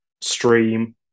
stream